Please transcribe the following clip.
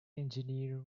engineer